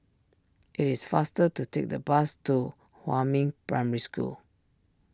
it is faster to take the bus to Huamin Primary School